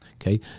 okay